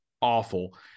awful